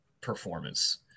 performance